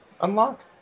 unlock